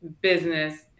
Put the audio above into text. business